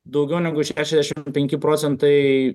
daugiau negu šešiasdešim penki procentai